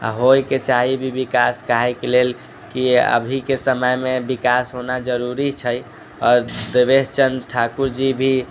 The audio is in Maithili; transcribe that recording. आ होइके चाही भी विकास काहेके लेल अभीके समयमे विकास होना जरुरी छै आओर देवेश चन्द्र ठाकुर जी भी